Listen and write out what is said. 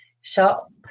shop